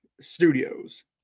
Studios